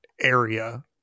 area